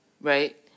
right